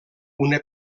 una